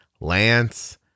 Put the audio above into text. Lance